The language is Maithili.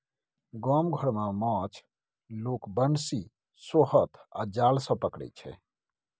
गाम घर मे माछ लोक बंशी, सोहथ आ जाल सँ पकरै छै